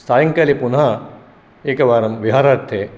सायङ्काले पुनः एकवारं विहारार्थे